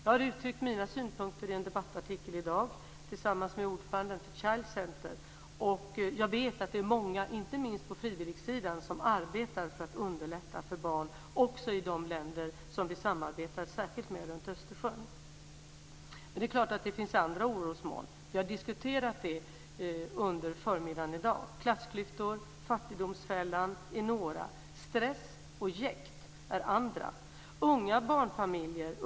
Jag har uttryckt mina synpunkter i en debattartikel i dag tillsammans med ordföranden för Child center. Jag vet att det är många, inte minst på frivilligsidan, som arbetar för att underlätta för barn också i de länder som vi samarbetar särskilt med runt Östersjön. Det finns också andra orosmoln. Det har vi diskuterat under förmiddagen i dag. Klassklyftor och fattigdomsfällan är några. Stress och jäkt är andra.